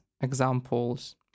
examples